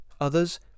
others